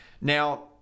now